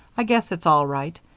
i guess it's all right.